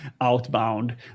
outbound